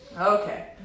Okay